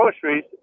groceries